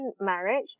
marriage